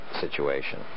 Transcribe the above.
situation